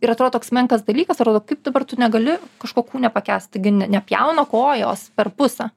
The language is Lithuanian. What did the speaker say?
ir atrodo toks menkas dalykas atrodo kaip dabar tu negali kažko kūne pakęst taigi n nepjauna kojos per pusę